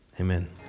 Amen